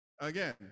Again